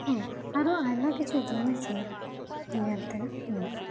ᱦᱮᱸ ᱟᱨᱚ ᱟᱭᱢᱟ ᱠᱤᱪᱷᱩ ᱡᱤᱱᱤᱥ ᱜᱮ ᱧᱮᱞ ᱛᱮᱱᱟᱜ ᱢᱮᱱᱟᱜ ᱟ